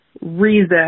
reason